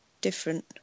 different